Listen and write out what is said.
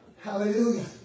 Hallelujah